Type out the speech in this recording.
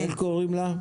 איך קוראים לה?